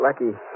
Lucky